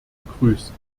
begrüßen